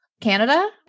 Canada